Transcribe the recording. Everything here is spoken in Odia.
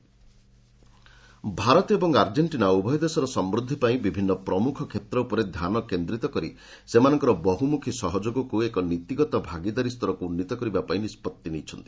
India Argentina joint statement Bharat ଏବଂ ଆର୍ଜେଣ୍ଟିନା ଉଭୟ ଦେଶର ସମୃଦ୍ଧି ପାଇଁ ବିଭିନ୍ନ ପ୍ରମୁଖ କ୍ଷେତ୍ର ଉପରେ ଧ୍ୟାନ କେନ୍ଦ୍ରିତ କରି ସେମାନଙ୍କର ବହୁମୁଖୀ ସହଯୋଗକୁ ଏକ ନୀତିଗତ ଭାଗିଦାରୀ ସ୍ତରକୁ ଉନ୍ନୀତ କରିବା ପାଇଁ ନିଷ୍ପଭି ନେଇଛନ୍ତି